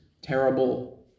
terrible